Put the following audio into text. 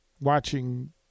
watching